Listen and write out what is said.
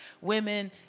women